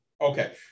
Okay